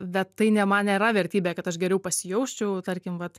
bet tai ne man nėra vertybė kad aš geriau pasijausčiau tarkim vat